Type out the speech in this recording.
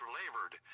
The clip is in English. labored